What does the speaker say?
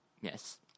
Yes